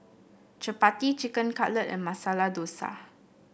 Chapati Chicken Cutlet and Masala Dosa